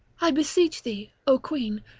i beseech thee, o queen,